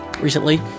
recently